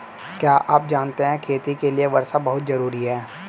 क्या आप जानते है खेती के लिर वर्षा बहुत ज़रूरी है?